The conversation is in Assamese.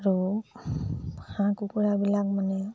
আৰু হাঁহ কুকুৰাবিলাক মানে